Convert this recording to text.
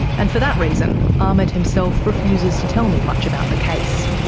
and for that reason amit himself refuses to tell me much about the case.